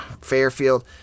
Fairfield